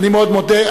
אני מאוד מודה.